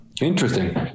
Interesting